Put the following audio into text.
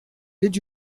did